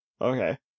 Okay